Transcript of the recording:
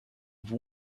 have